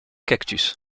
cactus